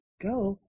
go